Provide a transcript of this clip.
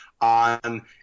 on